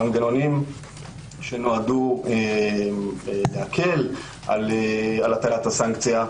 המנגנונים שנועדו להקל על הטלת הסנקציה,